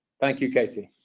thank you, katie.